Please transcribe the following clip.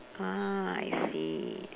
mm I see